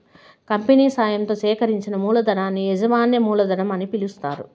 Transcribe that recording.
company సాయంతో సేకరించిన మూలధనాన్ని యాజమాన్య మూలధనం అని పిలుస్తారు